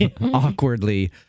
awkwardly